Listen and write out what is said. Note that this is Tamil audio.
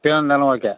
இப்பவே வந்தாலும் ஓகே